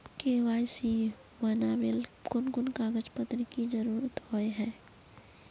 KYC बनावेल कोन कोन कागज पत्र की जरूरत होय है?